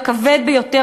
הכבד ביותר,